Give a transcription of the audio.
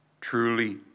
Truly